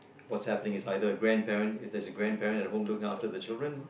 what's happening is either grandparent if there is a grandparent looking after the children